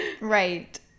Right